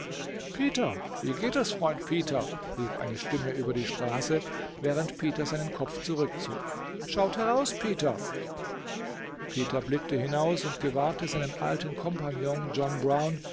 peter wie geht es freund peter rief eine stimme über die straße während peter seinen kopf zurückzog schaut heraus peter peter blickte hinaus und gewahrte seinen alten compagnon john brown